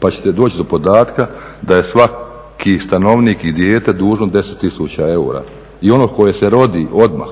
pa ćete doći do podatka da je svaki stanovnik i dijete dužno 10 000 eura. I ono koje se rodi odmah.